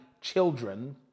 children